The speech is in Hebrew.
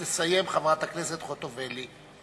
תסיים, חברת הכנסת חוטובלי.